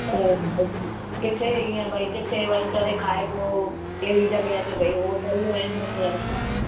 अ अ किथे इएं भाई किथे वेही करे खाइबो कहिड़ी जॻहि ते त भाई होटलूं आहिनि